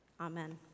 Amen